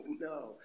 no